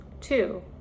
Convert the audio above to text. Two